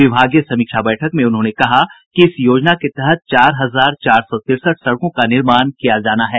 विभागीय समीक्षा बैठक में उन्होंने कहा कि इस योजना के तहत चार हजार चार सौ तिरसठ सड़कों का निर्माण किया जाना है